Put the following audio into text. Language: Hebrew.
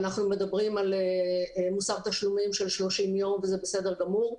ואנחנו מדברים על מוסר תשלומים של 30 יום וזה בסדר גמור,